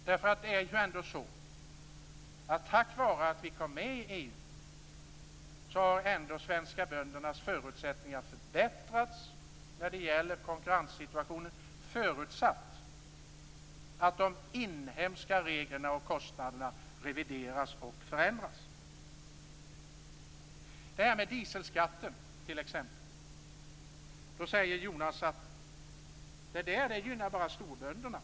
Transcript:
Det är ju ändå så att tack vare att vi är med i EU förbättras de svenska böndernas förutsättningar när det gäller konkurrenssituationen, förutsatt att de inhemska reglerna och kostnaderna revideras och förändras. När det gäller detta med dieselskatten t.ex. säger Jonas att det bara gynnar storbönderna.